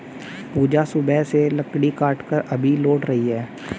पूजा सुबह से लकड़ी काटकर अभी लौट रही है